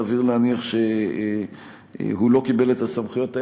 סביר להניח שהוא לא קיבל את הסמכויות האלה,